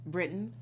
Britain